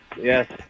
Yes